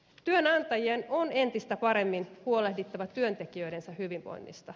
työnantajien on entistä paremmin huolehdittava työntekijöidensä hyvinvoinnista